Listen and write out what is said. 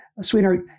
Sweetheart